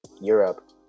Europe